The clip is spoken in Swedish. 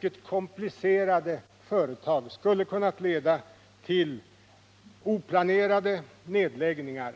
detta komplicerade företag, skulle ha kunnat leda till oplanerade nedläggningar.